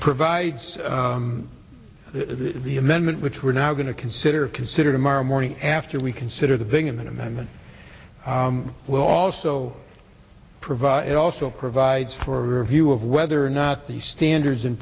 provides the amendment which we're now going to consider consider tomorrow morning after we consider the bingaman amendment will also provide it also provides for a view of whether or not the standards and